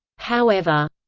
however,